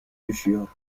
düşüyor